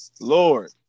Lord